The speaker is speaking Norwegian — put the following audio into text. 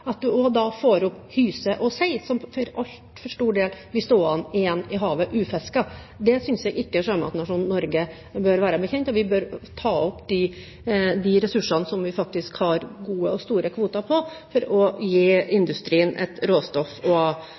altfor stor del blir stående igjen i havet ufisket. Det synes jeg ikke sjømatnasjonen Norge bør være bekjent av. Vi bør ta opp de ressursene som vi faktisk har gode og store kvoter på, for å gi industrien et råstoff.